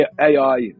AI